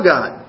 God